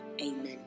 Amen